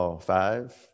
five